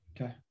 Okay